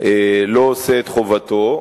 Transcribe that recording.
לא עושה את חובתו,